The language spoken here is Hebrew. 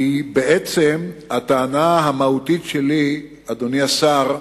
כי בעצם הטענה המהותית שלי, אדוני השר,